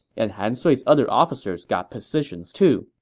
and han sui's other officers got positions, too.